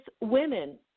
women